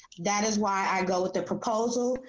that is why i go with the proposal,